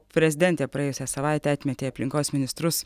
prezidentė praėjusią savaitę atmetė aplinkos ministrus